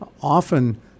often